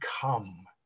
come